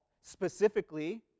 specifically